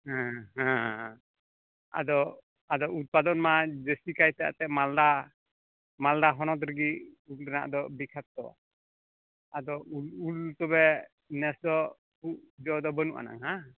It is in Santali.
ᱦᱮᱸ ᱦᱮᱸ ᱟᱫᱚ ᱟᱫᱚ ᱩᱫᱯᱟᱫᱟᱱ ᱢᱟ ᱡᱟᱹᱥᱛᱤ ᱠᱟᱭᱛᱮ ᱟᱯᱮ ᱢᱟᱞᱫᱟ ᱢᱟᱞᱫᱟ ᱦᱚᱱᱚᱛ ᱨᱮᱜᱮ ᱩᱞ ᱨᱮᱱᱟᱜ ᱫᱚ ᱵᱤᱠᱷᱟᱛᱚ ᱟᱫᱚ ᱩᱞ ᱛᱚᱵᱮ ᱱᱮᱥ ᱫᱚ ᱠᱷᱩᱵ ᱡᱚ ᱫᱚ ᱵᱟᱹᱱᱩᱜ ᱟᱱᱟᱝ ᱦᱮᱸᱵᱟᱝ